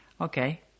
okay